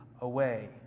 away